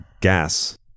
gas